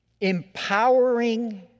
empowering